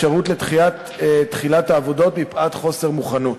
אפשרות לדחות את תחילת העבודות מפאת חוסר מוכנות.